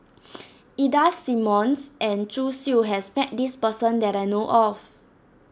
Ida Simmons and Zhu Xu has met this person that I know of